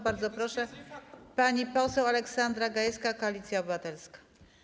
Bardzo proszę, pani poseł Aleksandra Gajewska, Koalicja Obywatelska.